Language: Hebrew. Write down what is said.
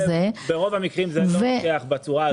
ברוב המקרים זה לא לוקח בצורה הזאת.